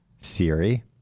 Siri